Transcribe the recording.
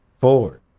four